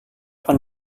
akan